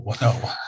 no